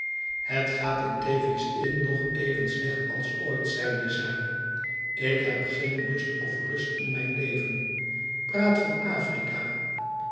het gaat in thavies inn nog even slecht als ooit zeide zij ik heb geen lust of rust in mijn leven praat van afrika